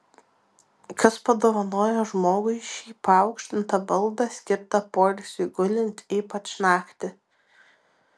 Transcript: kas padovanojo žmogui šį paaukštintą baldą skirtą poilsiui gulint ypač naktį